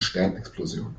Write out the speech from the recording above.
sternenexplosion